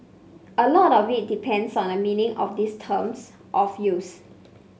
a lot of it depends on a meaning of these terms of use